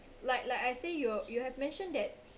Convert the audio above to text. like like I say you you have mentioned that